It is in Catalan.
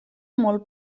molt